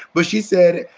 but she said,